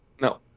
No